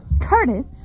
Curtis